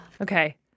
Okay